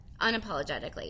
unapologetically